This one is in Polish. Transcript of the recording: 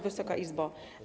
Wysoka Izbo!